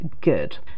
good